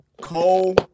Cole